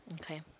Okay